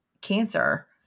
cancer